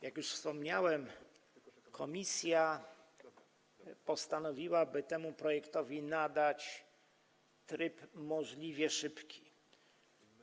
Jak już wspomniałem, komisja postanowiła, by temu projektowi nadać tryb możliwie szybki.